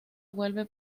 vuelve